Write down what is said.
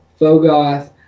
Fogoth